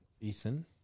Ethan